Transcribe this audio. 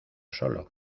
solo